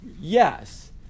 Yes